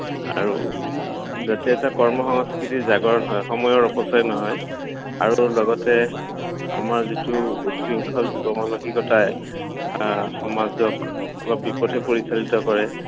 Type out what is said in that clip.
আৰু যাতে এটা কৰ্ম সংস্কৃতিৰ জাগৰণ হয় সময়ৰ অপচয় নহয় আৰু লগতে আমাৰ যিটো উশৃংখল যুৱ মানসিকতাই সমাজক অলপ বিপথে পৰিচালিত কৰে